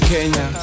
Kenya